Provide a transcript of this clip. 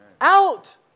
out